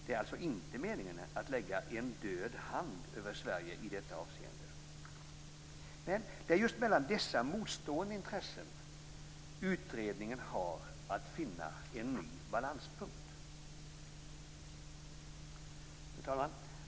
Det är alltså inte meningen att lägga en död hand över Sverige i detta avseende. Det är just mellan dessa motstående intressen utredningen har att finna en ny balanspunkt. Fru talman!